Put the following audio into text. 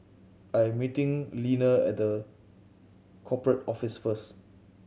I am meeting Leaner at The Corporate Office first